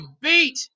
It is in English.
beat